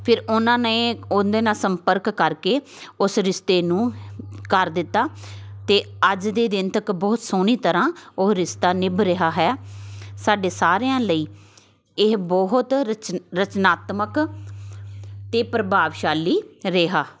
ਫਿਰ ਉਹਨਾਂ ਨੇ ਉਹਦੇ ਨਾਲ ਸੰਪਰਕ ਕਰਕੇ ਉਸ ਰਿਸ਼ਤੇ ਨੂੰ ਕਰ ਦਿੱਤਾ ਅਤੇ ਅੱਜ ਦੇ ਦਿਨ ਤੱਕ ਬਹੁਤ ਸੋਹਣੀ ਤਰ੍ਹਾਂ ਉਹ ਰਿਸ਼ਤਾ ਨਿਭ ਰਿਹਾ ਹੈ ਸਾਡੇ ਸਾਰਿਆਂ ਲਈ ਇਹ ਬਹੁਤ ਰਚਨ ਰਚਨਾਤਮਕ ਅਤੇ ਪ੍ਰਭਾਵਸ਼ਾਲੀ ਰਿਹਾ